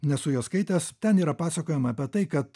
nesu jo skaitęs ten yra pasakojama apie tai kad